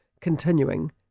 continuing